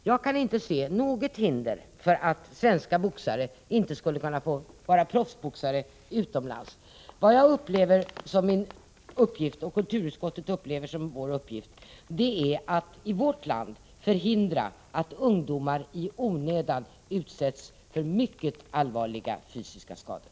Jag kan inte se något hinder för att svenska boxare skulle kunna få vara proffsboxare utomlands. Vad jag och kulturutskottet upplever som vår uppgift är att i vårt land förhindra att ungdomar i onödan utsätts för mycket allvarliga fysiska skador.